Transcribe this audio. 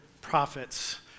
prophets